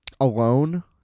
Alone